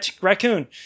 raccoon